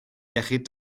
iechyd